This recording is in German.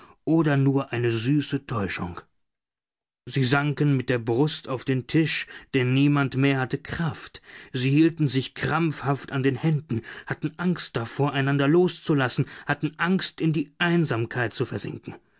oder nur eine süße täuschung sie sanken mit der brust auf den tisch denn niemand mehr hatte kraft sie hielten sich krampfhaft an den händen hatten angst davor einander loszulassen hatten angst in die einsamkeit zu versinken